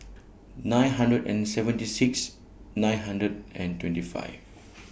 nine hundred and seventy six nine hundred and twenty five